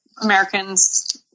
Americans